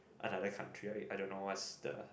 another country I don't what is the